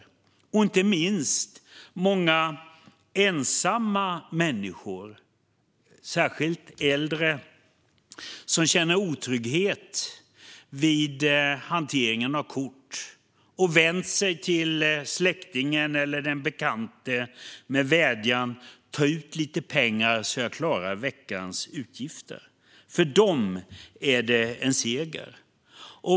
Inte minst är det också en framgång för många ensamma människor, särskilt äldre, som känner otrygghet vid hanteringen av kort och har vänt sig till släktingen eller den bekante med vädjan: Ta ut lite pengar så att jag klarar veckans utgifter! För dem är det en seger.